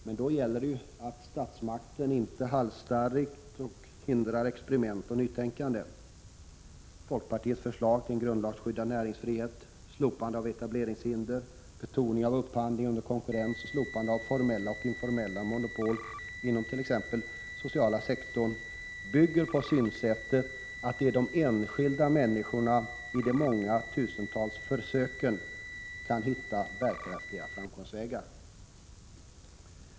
Men då gäller det att statsmakten inte är halsstarrig och hindrar experiment och nytänkande. Folkpartiets förslag om grundlagsskyddad näringsfrihet, slopande av etableringshinder, betoning av upphandling under konkurrens och slopande av formella och informella monopol inom t.ex. den sociala sektorn bygger på synsättet att det är de enskilda människorna i de många tusentals försöken som kan hitta bärkraftiga framkomstvägar.